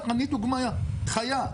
אני דוגמה חיה.